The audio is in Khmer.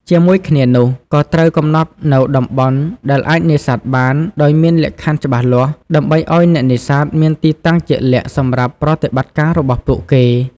ជាមួយគ្នានោះ ក៏ត្រូវកំណត់នូវតំបន់ដែលអាចនេសាទបាន ដោយមានលក្ខខណ្ឌច្បាស់លាស់ ដើម្បីឲ្យអ្នកនេសាទមានទីតាំងជាក់លាក់សម្រាប់ប្រតិបត្តិការរបស់ពួកគេ។